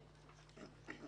מיכל, תעני,